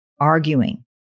arguing